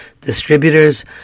distributors